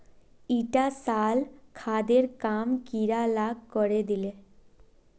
ईटा साल खादेर काम कीड़ा ला करे दिले